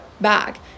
back